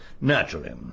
Naturally